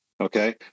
Okay